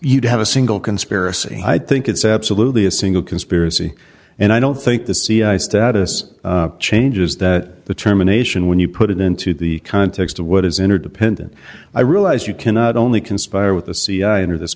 you'd have a single conspiracy i think it's absolutely a single conspiracy and i don't think the c i status changes that the terminations when you put it into the context of what is interdependent i realize you cannot only conspire with the cia under this